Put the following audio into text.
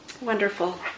Wonderful